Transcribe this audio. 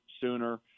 sooner